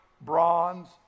bronze